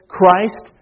Christ